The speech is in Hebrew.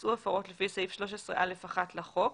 בוצעו הפרות לפי סעיף 13(א)(1) לחוק,